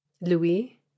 louis